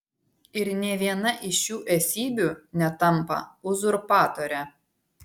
ir nė viena iš šių esybių netampa uzurpatore